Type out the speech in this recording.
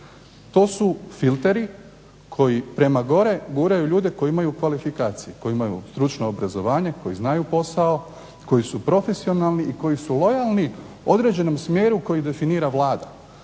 To su filteri koji prema gore guraju ljude koji imaju kvalifikacije, koji imaju stručno obrazovanje, koji znaju posao, koji su profesionalni i koji su lojalni određenom smjeru koji definira Vlada.